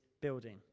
building